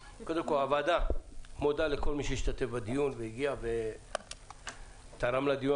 הוועדה מודה לכל מי שהשתתף בדיון והגיע ותרם לדיון.